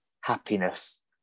happiness